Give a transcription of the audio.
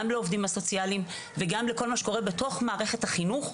גם לעובדים הסוציאליים וגם לכל מה שקורה בתוך מערכת החינוך,